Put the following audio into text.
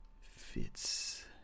Fitz